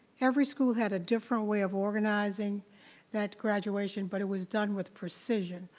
every school had a different way of organizing that graduation but it was done with precision.